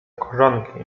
korzonki